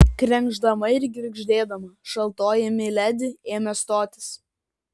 krenkšdama ir girgždėdama šaltoji miledi ėmė stotis